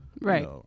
Right